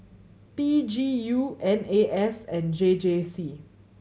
P G U N A S and J J C